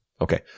Okay